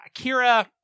Kira